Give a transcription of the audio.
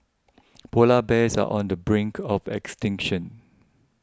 Polar Bears are on the brink of extinction